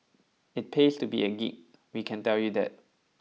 it pays to be a geek we can tell you that